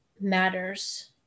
matters